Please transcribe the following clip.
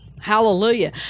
hallelujah